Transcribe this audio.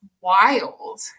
wild